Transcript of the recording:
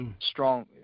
strong